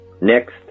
Next